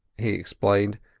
he explained,